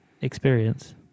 experience